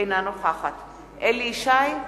אינה נוכחת אליהו ישי,